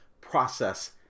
process